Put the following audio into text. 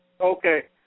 Okay